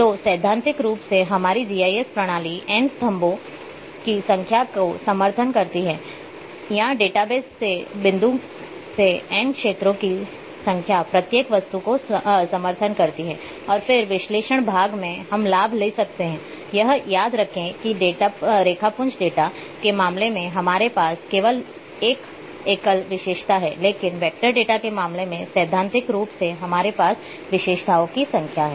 तो सैद्धांतिक रूप से हमारी जीआईएस प्रणाली n स्तंभों की संख्या का समर्थन करती है या डेटाबेस रूप से बिंदु से n क्षेत्रों की संख्या प्रत्येक वस्तु को समर्थन करती है और फिर विश्लेषण भाग में हम लाभ ले सकते हैं यह याद रखें कि रेखापुंज डेटा के मामले में हमारे पास केवल एक एकल विशेषता हैं लेकिन वेक्टर डेटा के मामले में सैद्धांतिक रूप से हमारे पास विशेषताओं की संख्या है